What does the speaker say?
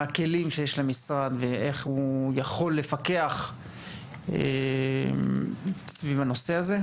הכלים שיש למשרד ואיך הוא יכול לפקח סביב הנושא הזה,